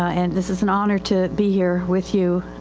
and this is an honor to be here with you,